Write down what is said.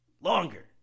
Longer